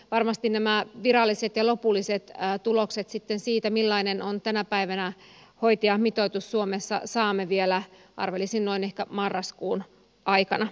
varmasti nämä viralliset ja lopulliset tulokset sitten siitä millainen on tänä päivänä hoitajamitoitus suomessa saamme vielä arvelisin ehkä noin marraskuun aikana